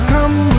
Come